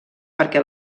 perquè